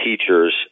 teachers